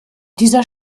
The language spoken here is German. dieser